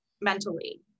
mentally